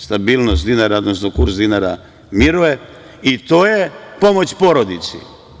Stabilnost dinara, odnosno kurs dinara miruje i to je pomoć porodici.